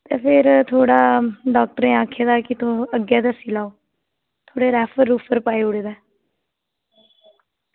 ते फिर थोह्ड़ा डॉक्टरें आक्खे दा की अग्गें दस्सी लैओ ते उनें रेफर पाई ओड़दा ऐ